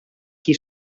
qui